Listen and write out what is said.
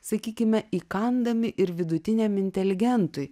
sakykime įkandami ir vidutiniam inteligentui